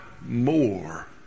more